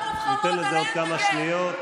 נותן לזה עוד כמה שניות.